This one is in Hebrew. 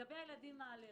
לגבי הילדים האלרגיים,